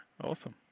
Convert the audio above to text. Awesome